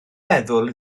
meddwl